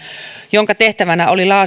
jonka tehtävänä oli